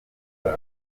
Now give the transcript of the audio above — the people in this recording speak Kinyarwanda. babo